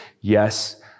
Yes